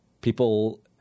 people